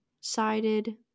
sided